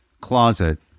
closet